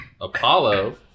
Apollo